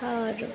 খাওঁ আৰু